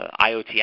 IoT